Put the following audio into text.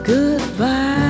Goodbye